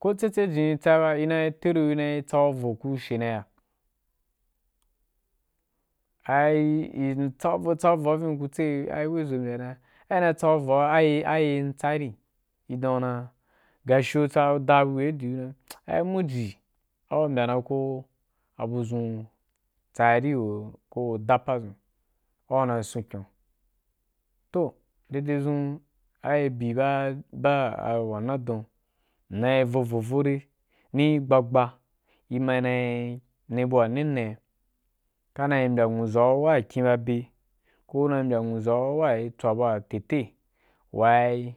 Koh tseke jim ku tsea ba inai tare gu, na tsau vo ku tsea ba ku she na ya ai m tsai vo, tsau vo vinni ku tse a we ʒo mbyai wai ai ina tsau voa aye tsai? I dan gashi u da abu wai gi di ku dan ai i mofi au mbya ra ko abu dʒun tsai ri ko da apa dʒun abua dʒun tsai ri ko da apa dʒun abua kuna sun kyon toh dade dʒun ai bi baa wona don m nai vo vo vou dai ni gbagba i ma nai ne abua ne ne kanai mbya nwuʒau wa kyen ba be koh nai mbya nwuʒau wai tswa bu wa tele wai